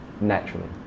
naturally